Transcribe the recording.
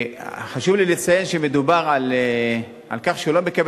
חשוב לי לציין שמדובר על כך שהוא לא מקבל